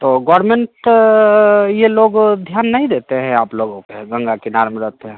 तो गवर्नमेंट ये लोग ध्यान नहीं देते हैं आप लोगों तो गंगा किनारे में रहते हैं